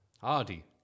Hardy